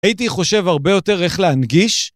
הייתי חושב הרבה יותר איך להנגיש.